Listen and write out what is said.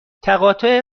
تقاطع